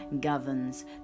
governs